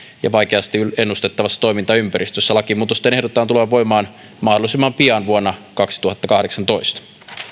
ja vaikeasti ennustettavassa toimintaympäristössä lakimuutosten ehdotetaan tulevan voimaan mahdollisimman pian vuonna kaksituhattakahdeksantoista